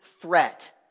threat